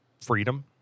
freedom